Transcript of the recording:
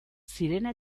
sirena